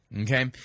okay